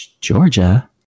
Georgia